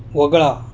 वगळा